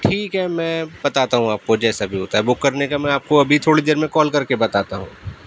ٹھیک ہے میں پتاتا ہوں آپ کو جیسا بھی ہوتا ہے بک کرنے کے میں آپ کو ابھی تھوڑی دیر میں کال کر کے بتاتا ہوں